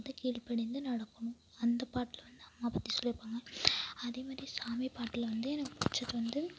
வந்து கீழ்ப்பணிந்து நடக்கணும் அந்த பாட்டில் வந்து அம்மாவை பற்றி சொல்லியிருப்பாங்க அதே மாதிரி சாமி பாட்டில் வந்து எனக்கு பிடிச்சது வந்து